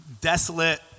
Desolate